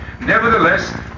Nevertheless